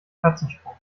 katzensprung